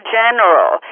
general